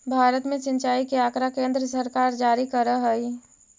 भारत में सिंचाई के आँकड़ा केन्द्र सरकार जारी करऽ हइ